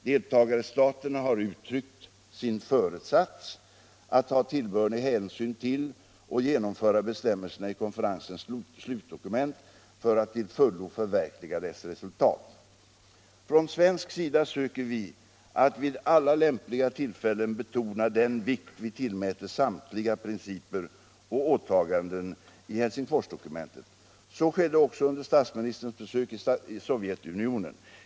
Deltagarstaterna har uttryckt sin föresats att ta tillbörlig hänsyn till och genomföra bestämmelserna i konferensens slutdokument för att till fullo förverkliga dess resultat. Från svensk sida söker vi att vid alla lämpliga tillfällen betona den vikt vi tillmäter samtliga principer och åtaganden i Helsingforsdokumentet. Så skedde också under statsministerns besök i Sovjetunionen.